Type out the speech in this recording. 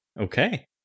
Okay